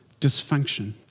dysfunction